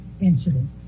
incident